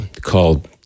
called